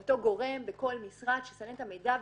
אותו גורם בכל משרד שמסנן את המידע,